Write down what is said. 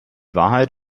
wahrheit